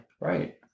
Right